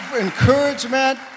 encouragement